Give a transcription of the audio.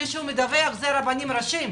ומי שהוא מדווח לו אלה הרבנים הראשיים.